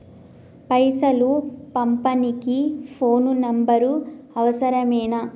పైసలు పంపనీకి phone number అవసరమేనా?